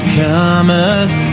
cometh